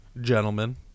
gentlemen